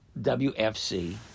WFC